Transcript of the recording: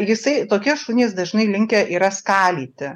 jisai tokie šunys dažnai linkę yra skalyti